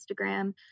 Instagram